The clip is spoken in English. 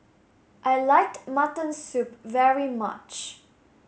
I like mutton soup very much